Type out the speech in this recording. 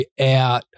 out